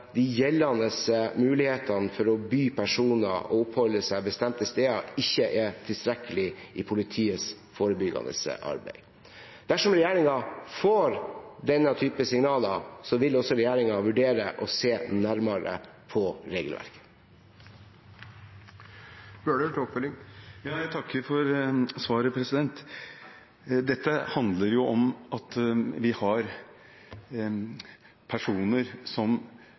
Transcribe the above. de gjeldende mulighetene for å forby personer å oppholde seg bestemte steder ikke er tilstrekkelig i politiets forebyggende arbeid. Dersom regjeringen får denne typen signaler, vil regjeringen vurdere å se nærmere på regelverket. Jeg takker for svaret. Dette handler om at vi har personer som